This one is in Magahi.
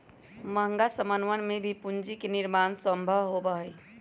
महंगा समनवन से भी पूंजी के निर्माण सम्भव होबा हई